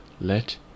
let